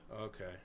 Okay